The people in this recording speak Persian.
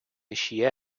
شیعه